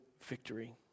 victory